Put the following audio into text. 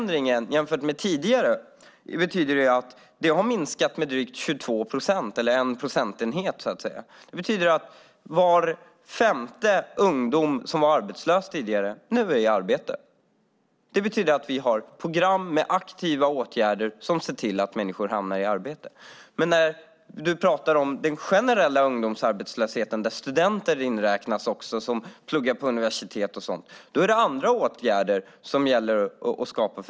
Den har alltså minskat med 22 procent eller 1 procentenhet. Det betyder att var femte ungdom som var arbetslös tidigare nu är i arbete. Vi har program med aktiva åtgärder som ser till att människor hamnar i arbete. När det gäller ungdomsarbetslösheten bland studenter som pluggar på universitet är det andra åtgärder som måste skapas.